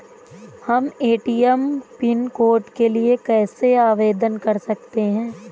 हम ATM pin code के लिए कैसे आवेदन कर सकते हैं?